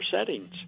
settings